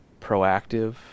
proactive